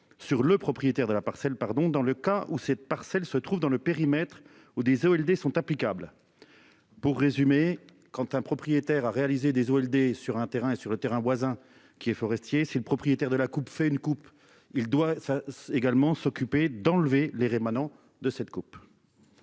Sur le propriétaire de la parcelle, pardon. Dans le cas où cette parcelles se trouvent dans le périmètre où des eaux et des sont applicables. Pour résumer, quand un propriétaire a réalisé des Walder sur un terrain et sur le terrain voisin qui est forestier si le propriétaire de la Coupe fait une coupe il doit ça également s'occuper d'enlever les émanant de cette coupe.